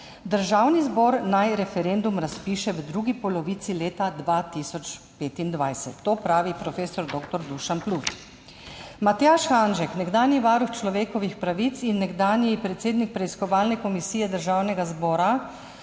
Državni zbor naj referendum razpiše v drugi polovici leta 2025." To pravi profesor doktor Dušan Plut. Matjaž Hanžek, nekdanji varuh človekovih pravic in nekdanji predsednik preiskovalne komisije Državnega zbora